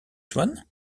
swann